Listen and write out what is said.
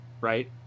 right